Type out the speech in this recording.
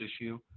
issue